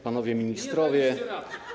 Panowie Ministrowie!